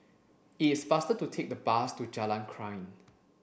it's faster to take the bus to Jalan Krian